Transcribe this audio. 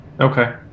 okay